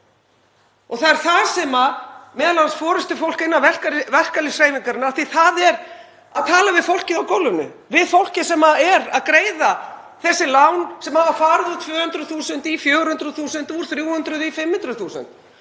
Þetta er það sem m.a. forystufólk innan verkalýðshreyfingarinnar — af því að það er að tala við fólkið á gólfinu, fólkið sem er að greiða þessi lán sem hafa farið úr 200.000 í 400.000, úr 300.000 í 500.000,